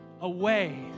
away